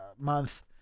month